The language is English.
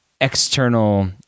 external